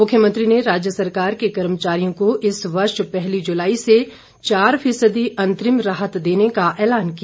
मुख्यमंत्री ने राज्य सरकार के कर्मचारियों को इस वर्ष पहली जुलाई से चार फीसदी अंतरिम राहत देने का ऐलान किया